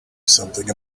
something